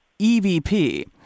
EVP